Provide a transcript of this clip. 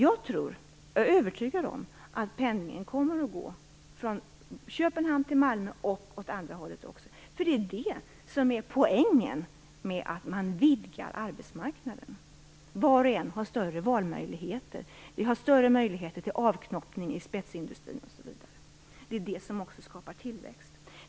Jag är övertygad om att pendlingen kommer att gå både från Köpenhamn till Malmö och åt andra hållet. Det är det som är poängen med att vidga arbetsmarknaden. Var och en har större valmöjligheter, och vi har större avknoppningsmöjligheter i spetsindustrin. Det är också detta som skapar tillväxt.